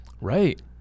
right